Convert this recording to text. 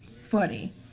funny